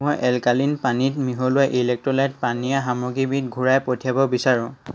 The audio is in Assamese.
মই এলকালিন পানীত মিহলোৱা ইলেক্ট্ৰোলাইট পানীয় সামগ্ৰীবিধ ঘূৰাই পঠিয়াব বিচাৰোঁ